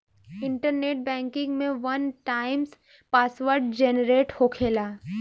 internet banking में one time password generate होखेला